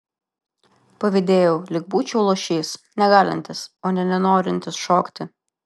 pavydėjau lyg būčiau luošys negalintis o ne nenorintis šokti